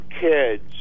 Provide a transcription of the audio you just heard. kids